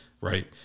right